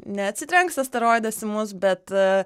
neatsitrenks asteroidas į mus bet